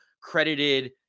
credited